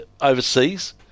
overseas